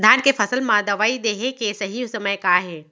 धान के फसल मा दवई देहे के सही समय का हे?